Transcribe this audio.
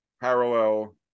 parallel